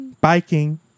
biking